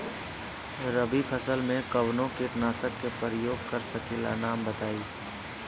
रबी फसल में कवनो कीटनाशक के परयोग कर सकी ला नाम बताईं?